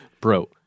bro